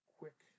quick